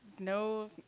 No